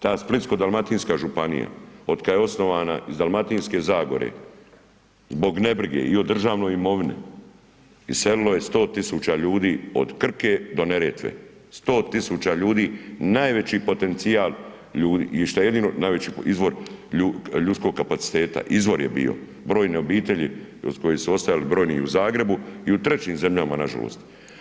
Ta Splitsko-dalmatinska županija otkada je osnovana iz Dalmatinske zagore zbog ne brige i o državnoj imovini iselilo je 100 tisuća ljudi od Krke do Neretve, 100 tisuća ljudi, najveći potencijal ljudi i što je jedino, najveći izvor ljudskog kapaciteta, izvor je bio, brojne obitelji od kojih su ostajali brojni i u Zagrebu i u trećim zemljama nažalost.